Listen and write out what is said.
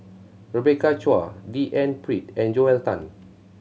Rebecca Chua D N Pritt and Joel Tan